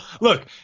Look